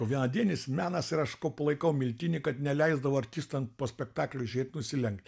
vienadienis menas ir aš sakau palaikau miltinį kad neleisdavo artistam po spektaklio išeit nusilen